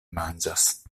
manĝas